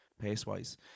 pace-wise